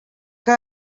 que